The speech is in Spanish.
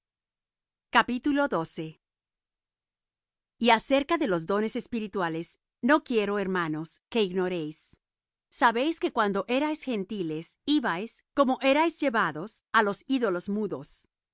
cuando llegare y acerca de los dones espirituales no quiero hermanos que ignoréis sabéis que cuando erais gentiles ibais como erais llevados a los ídolos mudos